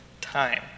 time